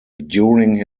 during